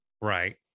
Right